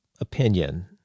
opinion